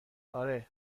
اره